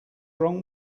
wrong